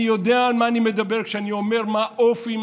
אני יודע על מה אני מדבר כשאני אומר מה האופי,